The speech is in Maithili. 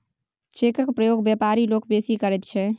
चेकक प्रयोग बेपारी लोक बेसी करैत छै